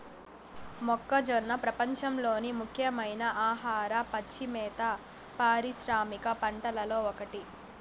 మొక్కజొన్న ప్రపంచంలోని ముఖ్యమైన ఆహార, పచ్చి మేత పారిశ్రామిక పంటలలో ఒకటి